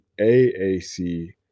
AAC